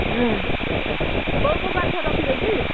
ହୁଁ କେଉଁ କେଉଁ କାଠ ରଖୁଛ କି